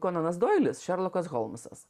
kononas doilis šerlokas holmsas